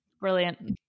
Brilliant